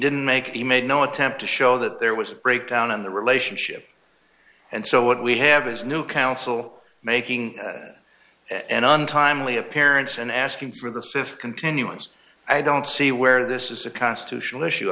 didn't make the made no attempt to show that there was a breakdown in the relationship and so what we have is new counsel making an untimely appearance and asking for the th continuance i don't see where this is a constitutional issue